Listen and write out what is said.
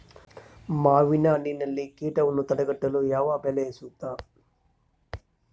ಮಾವಿನಹಣ್ಣಿನಲ್ಲಿ ಕೇಟವನ್ನು ತಡೆಗಟ್ಟಲು ಯಾವ ಬಲೆ ಸೂಕ್ತ?